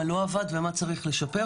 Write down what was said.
מה לא עבד ומה צריך לשפר.